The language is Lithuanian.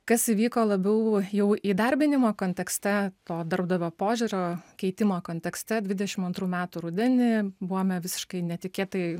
kas įvyko labiau jau įdarbinimo kontekste to darbdavio požiūrio keitimo kontekste dvidešim antrų metų rudenį buvome visiškai netikėtai